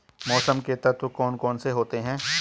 मौसम के तत्व कौन कौन से होते हैं?